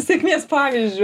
sėkmės pavyzdžiu